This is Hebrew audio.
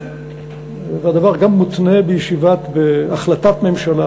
הדבר גם מותנה בהחלטת ממשלה,